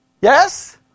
Yes